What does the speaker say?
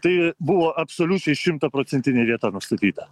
tai buvo absoliučiai šimtaprocentinė vieta nustatyta